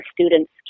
students